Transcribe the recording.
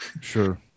Sure